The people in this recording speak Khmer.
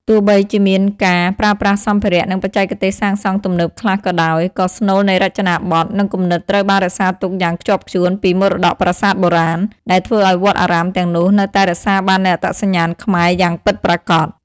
ទោះបីជាមានការប្រើប្រាស់សម្ភារៈ និងបច្ចេកទេសសាងសង់ទំនើបខ្លះក៏ដោយ ក៏ស្នូលនៃរចនាប័ទ្ម និងគំនិតត្រូវបានរក្សាទុកយ៉ាងខ្ជាប់ខ្ជួនពីមរតកប្រាសាទបុរាណ ដែលធ្វើឲ្យវត្តអារាមទាំងនោះនៅតែរក្សាបាននូវអត្តសញ្ញាណខ្មែរយ៉ាងពិតប្រាកដ។